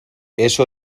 eso